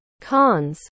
Cons